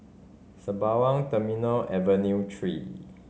Sembawang Terminal Avenue Three